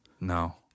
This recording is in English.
No